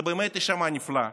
זה באמת ישמע נפלא,